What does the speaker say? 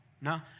No